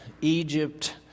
Egypt